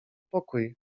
pokój